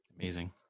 amazing